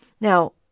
now